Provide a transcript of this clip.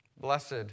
Blessed